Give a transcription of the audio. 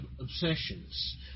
obsessions